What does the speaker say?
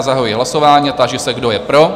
Zahajuji hlasování a táži se, kdo je pro?